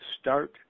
start